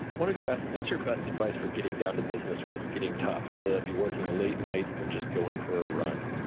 one of you ask, what's your best advice for getting down to business when it's getting tough, whether that would be working a late night, or just going for a run.